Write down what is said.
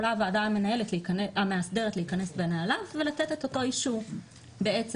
יכולה הוועדה המאסדרת להיכנס בנעליו ולתת את אותו אישור בעצם.